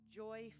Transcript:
joy